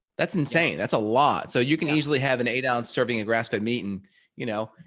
that's insane. that's a lot so you can easily have an eight ounce serving a grass fed meat and you know,